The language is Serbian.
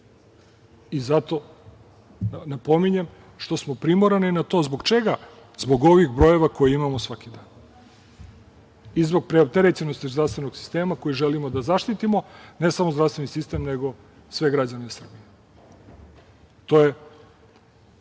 Zato napominjem, što smo primorani na to zbog čega, zbog ovih brojeva koje imamo svakog dana i zbog preopterećenosti zdravstvenog sistema koji želimo da zaštitimo, ne samo zdravstveni sistem nego sve građane Srbije. To je